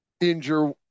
injure